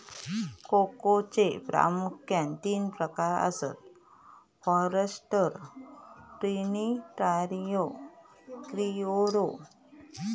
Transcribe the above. कोकोचे प्रामुख्यान तीन प्रकार आसत, फॉरस्टर, ट्रिनिटारियो, क्रिओलो